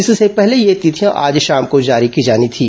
इससे पहले ये तिथियां आज शाम को जारी की जानी थी